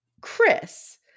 Chris